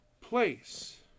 place